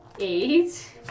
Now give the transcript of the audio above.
Eight